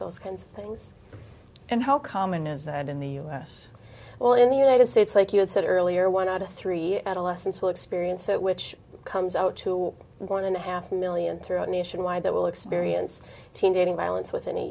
those kinds of things and how common is that in the u s well in the united states like you had said earlier one out of three adolescents will experience it which comes out to one and a half million throughout nationwide that will experience teen dating violence within a